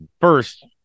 First